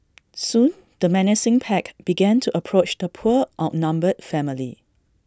soon the menacing pack began to approach the poor outnumbered family